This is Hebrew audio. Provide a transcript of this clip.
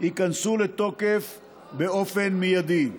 ייכנסו לתוקף באופן מיידי.